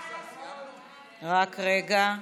הצבעה.